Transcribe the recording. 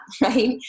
right